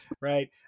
right